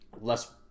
less